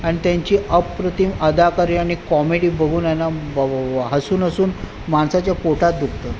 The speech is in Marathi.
आणि त्यांची अप्रतिम अदाकारी आणि कॉमेडी बघून हसून हसून माणसाच्या पोटात दुखतात